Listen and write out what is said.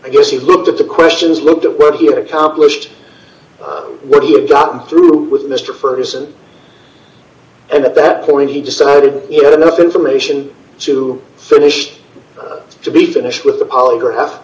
i guess he looked at the questions looked at what he accomplished what he had gotten through with mr ferguson and at that point he decided enough information to finish to be thinnish with the polygraph